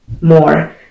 more